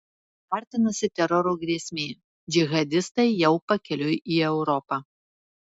artinasi teroro grėsmė džihadistai jau pakeliui į europą